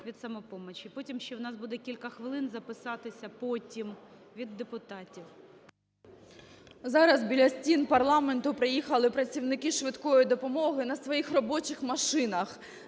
від "Самопомочі". Потім ще в нас буде кілька хвилин записатися, потім, від депутатів. 11:14:46 СИСОЄНКО І.В. Зараз біля стін парламенту приїхали працівники "швидкої допомоги" на своїх робочих машинах,